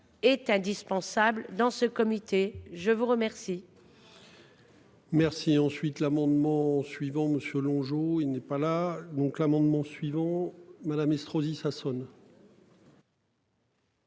Est indispensable dans ce comité. Je vous remercie.